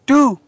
Two